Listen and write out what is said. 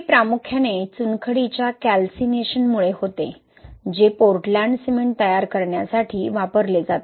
हे प्रामुख्याने चुनखडीच्या कॅल्सीनेशनमुळे होते जे पोर्टलँड सिमेंट तयार करण्यासाठी वापरले जाते